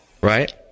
right